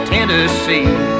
Tennessee